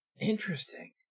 Interesting